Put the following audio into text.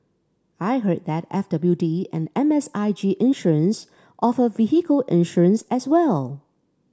I heard that F W D and M S I G Insurance offer vehicle insurance as well